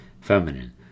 feminine